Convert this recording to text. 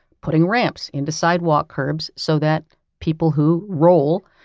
putting ramps into sidewalk curbs so that people who roll,